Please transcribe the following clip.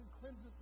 cleanses